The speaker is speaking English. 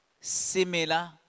similar